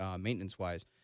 maintenance-wise